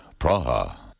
Praha